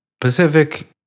Pacific